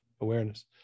awareness